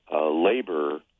labor